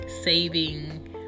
saving